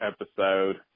episode